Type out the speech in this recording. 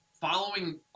following